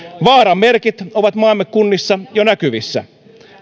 vaaran merkit ovat maamme kunnissa jo nähtävissä